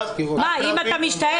אם אתה משתעל,